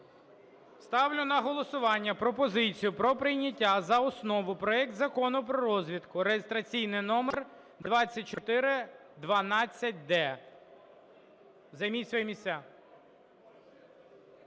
Ставлю на голосування пропозицію про прийняття за основу проект Закону про розвідку (реєстраційний номер 2412-д). Займіть свої місця.